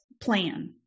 plan